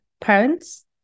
parents